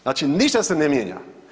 Znači ništa se ne mijenja.